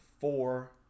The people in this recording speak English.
Four